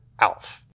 Alf